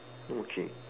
okay